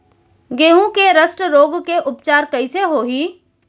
गेहूँ के रस्ट रोग के उपचार कइसे होही?